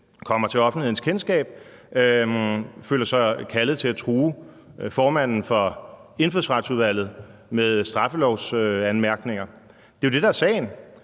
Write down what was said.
kommer til offentlighedens kendskab, føler sig kaldet til at true formanden for Indfødsretsudvalget med straffelovsanmærkninger? Det er jo det, der er sagen.